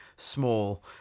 Small